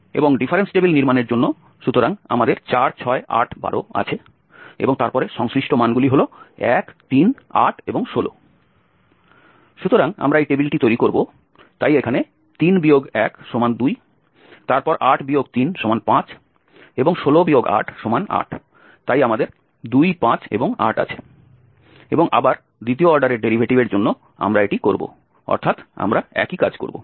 এবং difference table নির্মাণের জন্য সুতরাং আমাদের 4 6 8 12 আছে এবং তারপরে সংশ্লিষ্ট মানগুলি হল 1 3 8 এবং 16। সুতরাং আমরা এই টেবিলটি তৈরি করব তাই এখানে 3 1 2 তারপর 8 3 5 এবং 16 8 8 তাই আমাদের 2 5 এবং 8 আছে এবং আবার দ্বিতীয় অর্ডারের ডেরিভেটিভের জন্য আমরা এটি করব অর্থাৎ আমরা একই কাজ করব